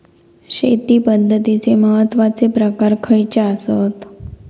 शेती पद्धतीचे महत्वाचे प्रकार खयचे आसत?